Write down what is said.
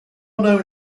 known